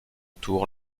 tour